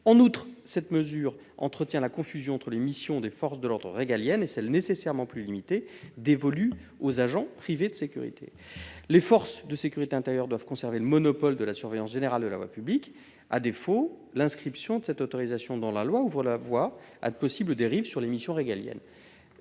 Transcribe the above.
En outre, cette mesure entretient la confusion entre les missions des forces de l'ordre régaliennes et celles, nécessairement plus limitées, dévolues aux agents privés de sécurité. Les forces de sécurité intérieure doivent conserver le monopole de la surveillance générale de la voie publique. L'inscription de cette autorisation dans la loi ouvre la voie à de possibles dérives sur les missions régaliennes.